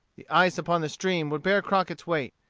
the ice upon the stream would bear crockett's weight.